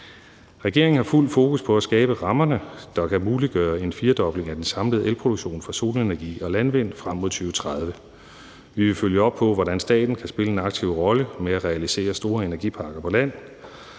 Regeringen har fuldt fokus på at skabe rammerne, der kan muliggøre en firedobling af den samlede elproduktion fra solenergianlæg og landvindmøller frem mod 2030. Vi vil følge op på, hvordan staten kan spille en aktiv rolle i at realisere store energiparker på land.